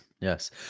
Yes